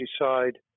decide